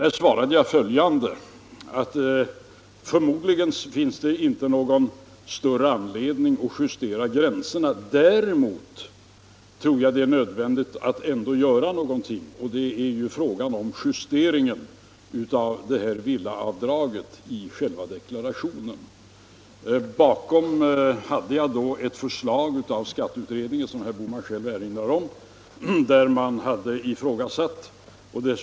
Där svarade jag: Förmodligen finns det inte någon större anledning att justera gränserna. Däremot tror jag att det är nödvändigt att ändå göra någonting genom en justering av villaavdraget i inkomstdeklarationen. I bakgrunden låg, som herr Bohman själv erinrar om, ett förslag från skatteutredningen.